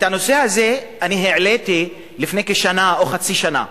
את הנושא הזה העליתי לפני כשנה או חצי שנה,